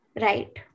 right